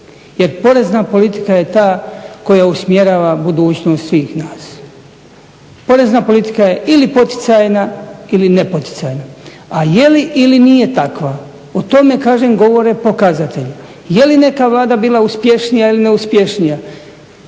Jer porezna politika je ta koja usmjerava budućnost svih nas. Porezna politika je ili poticajna ili nepoticajna, a je li ili nije takva. O tome kažem govore pokazatelji. Je li neka Vlada bila uspješnija ili neuspješnija